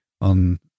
on